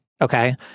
Okay